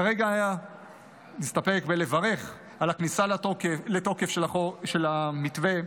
כרגע אסתפק בלברך על הכניסה לתוקף של המתווה,